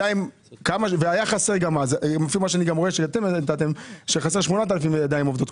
אני רואה לפי הנתונים שחסרים 8,000 ידיים עובדות.